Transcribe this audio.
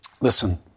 listen